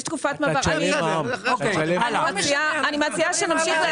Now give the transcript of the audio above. אני מציעה שנמשיך להציג.